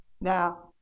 Now